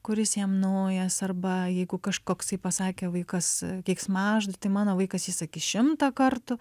kuris jam naujas arba jeigu kažkoksai pasakė vaikas keiksmažodž tai mano vaikas jį sakys šimtą kartų